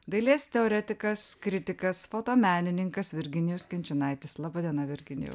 dailės teoretikas kritikas fotomenininkas virginijus kinčinaitis laba diena virginijau